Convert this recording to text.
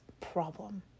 problem